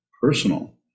personal